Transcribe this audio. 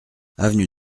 avenue